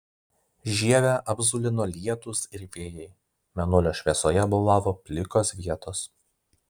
žievę apzulino lietūs ir vėjai mėnulio šviesoje bolavo plikos vietos